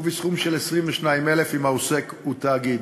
ובסכום של 22,000 אם העוסק הוא תאגיד.